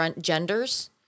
genders